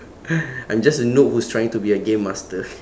I'm just a noob who's trying to be a game master